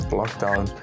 lockdown